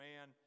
man